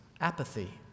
apathy